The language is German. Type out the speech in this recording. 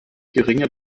geringe